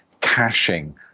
caching